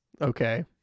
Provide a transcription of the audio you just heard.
Okay